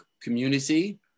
community